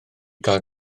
gael